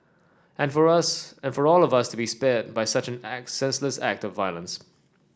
and for us and for all of us to be spared by such senseless act of violence